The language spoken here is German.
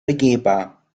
begehbar